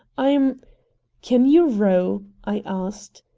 i'm can you row? i asked.